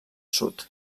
sud